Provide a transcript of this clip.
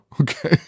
okay